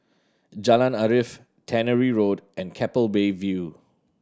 Jalan Arif Tannery Road and Keppel Bay View